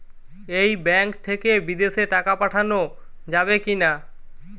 এই ব্যাঙ্ক থেকে বিদেশে টাকা পাঠানো যাবে কিনা?